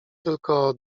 tylko